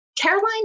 Caroline